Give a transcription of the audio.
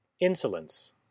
INSOLENCE